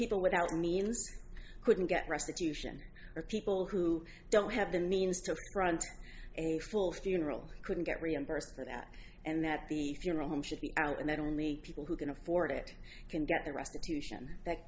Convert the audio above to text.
people without means couldn't get restitution or people who don't have the means to run through a full funeral couldn't get reimbursed for that and that the funeral home should be out and that only people who can afford it conduct the restitution that